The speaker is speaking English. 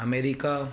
America